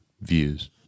views